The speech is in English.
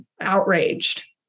outraged